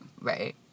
Right